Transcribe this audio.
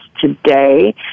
today